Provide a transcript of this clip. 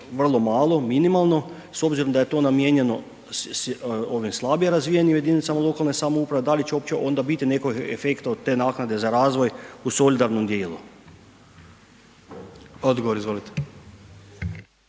vrlo malo, minimalno s obzirom da je to namijenjeno ovim slabijim razvijenim jedinicama lokalne samouprave, da li će uopće onda biti nekog efekta od te naknade za razvoj u solidarnom djelu? **Jandroković,